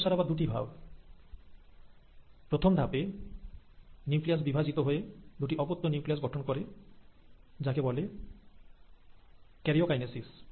M দশার আবার দুটি ধাপ প্রথম ধাপেনিউক্লিয়াস বিভাজিত হয়েদুটি অপত্য নিউক্লিয়াস গঠন করে যাকে বলে ক্যারিওকাইনেসিস